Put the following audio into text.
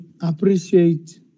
appreciate